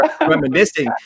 reminiscing